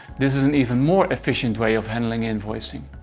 this is an even more efficient way of handling invoicing.